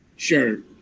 Sure